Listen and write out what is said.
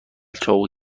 چاقو